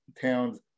towns